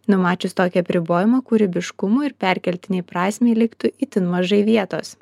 numačius tokį apribojimą kūrybiškumui ir perkeltinei prasmei liktų itin mažai vietos